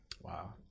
Wow